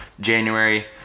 January